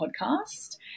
podcast